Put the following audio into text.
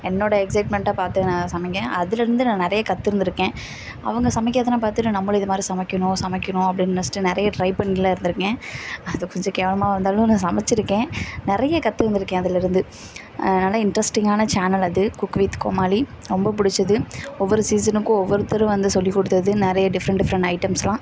என்னோடய எக்ஸைட்மெண்ட்டை பார்த்து நான் சமைக்தேன் அதிலேருந்து நான் நிறைய கத்திருந்திருக்கேன் அவங்க சமைக்கிறதெலாம் பார்த்துட்டு நம்மளும் இதுமாதிரி சமைக்கணும் சமைக்கணும் அப்படின்னு நெனைச்சிட்டு நிறைய ட்ரை பண்ணியெலாம் இருந்திருக்கேன் அது கொஞ்சம் கேவலமாக வந்தாலும் நான் சமைச்சிருக்கேன் நிறைய கத்திருந்திருக்கேன் அதில் இருந்து நல்ல இண்ட்ரெஸ்ட்டிங்கான சேனல் அது குக்கு வித் கோமாளி ரொம்ப பிடிச்சது ஒவ்வொரு சீசனுக்கும் ஒவ்வொருத்தர் வந்து சொல்லிக்கொடுத்தது நிறைய டிஃப்ரெண்ட் டிஃப்ரெண்ட் ஐட்டம்ஸ்லாம்